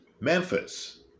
Memphis